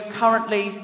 currently